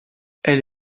elle